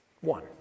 One